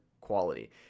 quality